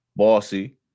bossy